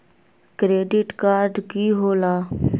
Credit card की होला?